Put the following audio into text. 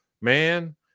man